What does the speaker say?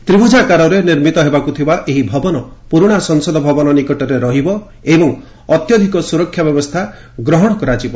ତ୍ରିଭୁଜାକାରରେ ନିର୍ମିତ ହେବାକୁ ଥିବା ଏହି ଭବନ ପୁରୁଣା ସଂସଦ ଭବନ ନିକଟରେ ରହିବ ଏବଂ ଅତ୍ୟଧିକ ସୁରକ୍ଷା ବ୍ୟବସ୍ଥା ଗ୍ରହଣ କରାଯିବ